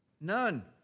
none